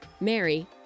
Mary